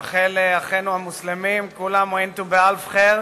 ומאחל לאחינו המוסלמים, כול עאם ואנתום בח'יר